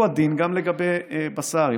הוא הדין לגבי בשר.